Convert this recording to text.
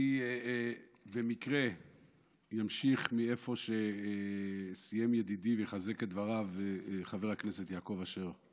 אני במקרה אמשיך מאיפה שסיים ידידי חבר הכנסת יעקב אשר ואחזק את דבריו.